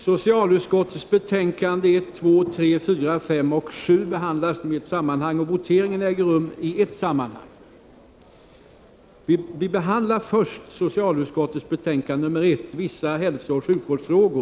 Dessa betänkanden debatteras i nu nämnd ordning. Voteringarna äger rum i ett sammanhang efter avslutad debatt. Först upptas socialutskottets betänkande 1 om vissa hälsooch sjukvårdsfrågor.